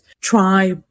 try